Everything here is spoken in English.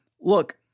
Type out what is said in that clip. Look